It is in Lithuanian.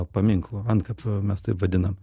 paminklu antkapiu mes taip vadinam